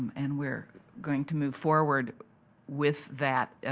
and we're going to move forward with that.